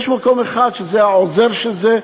יש מקום אחד שזה העוזר של זה,